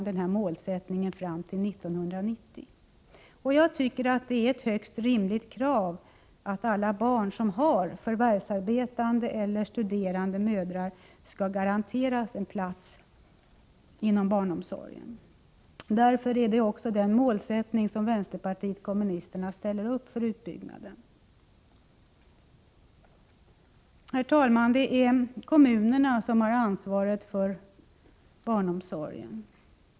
Det är ett högst rimligt krav att alla de barn som har förvärvsarbetande eller studerande mödrar skall garanteras en plats inom barnomsorgen. Därför är det också den målsättning 89 som vänsterpartiet kommunisterna ställer upp för utbyggnaden. Herr talman! Det är kommunerna som har ansvaret för barnomsorgen.